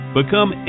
Become